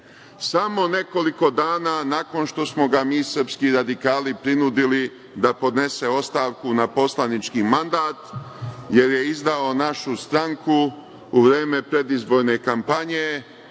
samo nekoliko dana nakon što smo ga mi srpski radikali prinudili da podnese ostavku na poslanički mandat jer je izdao našu stranku u vreme predizborne kampanje